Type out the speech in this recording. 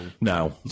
No